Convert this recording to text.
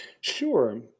Sure